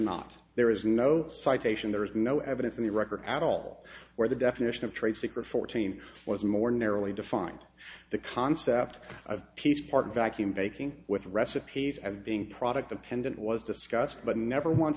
not there is no citation there is no evidence in the record at all where the definition of trade secret fourteen was more narrowly defined the concept of peace partner vacuum baking with recipes as being product dependent was discussed but never